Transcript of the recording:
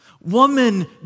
woman